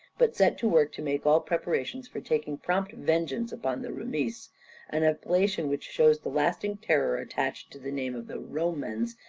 but set to work to make all preparations for taking prompt vengeance upon the roumis an appellation which shows the lasting terror attaching to the name of the romans,